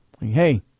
Hey